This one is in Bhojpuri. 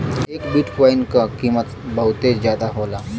एक बिट्काइन क कीमत बहुते जादा होला